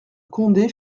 condé